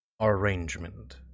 Arrangement